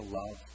love